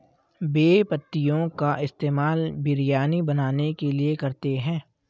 बे पत्तियों का इस्तेमाल बिरयानी बनाने के लिए करते हैं